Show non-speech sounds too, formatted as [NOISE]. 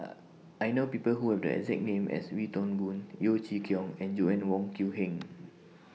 [HESITATION] I know People Who Have The exact name as Wee Toon Boon Yeo Chee Kiong and Joanna Wong Quee Heng